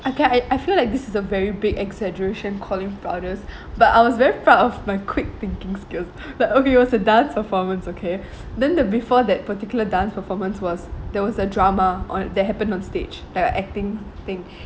okay I feel like this is a very big exaggeration calling proudest but I was very proud of my quick thinking skills like okay it's a dance performance okay then the before that particular dance performance was there was a drama on that happened onstage like a acting thing